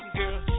girl